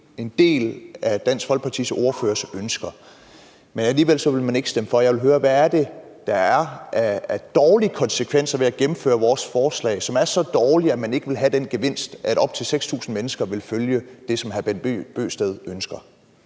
en del af Dansk Folkepartis ordførers ønsker, men alligevel vil Dansk Folkeparti ikke stemme for. Jeg vil høre, hvad det er for nogle konsekvenser ved at gennemføre vores forslag, som er så negative, at man ikke vil have den gevinst, at op til 6.000 mennesker vil gøre det, som hr. Bent Bøgsted ønsker.